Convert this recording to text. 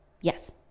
Yes